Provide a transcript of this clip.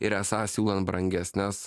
ir esą siūlant brangesnes